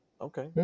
Okay